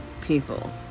people